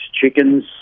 chickens